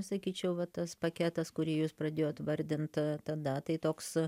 sakyčiau va tas paketas kurį jūs pradėjot vardint tada tai toks